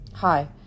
Hi